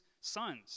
sons